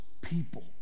people